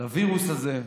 לווירוס הזה.